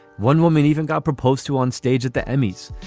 one woman even got proposed to onstage at the emmys.